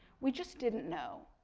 we just didn't know.